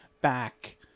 back